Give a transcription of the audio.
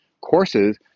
courses